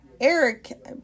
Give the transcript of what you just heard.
Eric